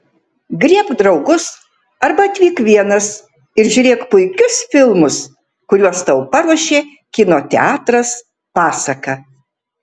griebk draugus arba atvyk vienas ir žiūrėk puikius filmus kuriuos tau paruošė kino teatras pasaka